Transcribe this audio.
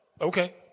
okay